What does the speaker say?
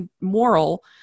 moral